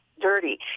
dirty